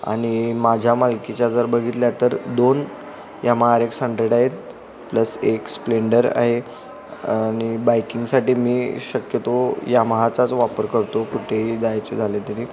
आणि माझ्या मालकीच्या जर बघितल्या तर दोन यामा आर एक्स हंड्रेड आहेत प्लस एक स्प्लेंडर आहे आणि बायकिंगसाठी मी शक्यतो यामाहाचाच वापर करतो कुठेही जायचे झाले तरी